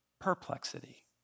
perplexity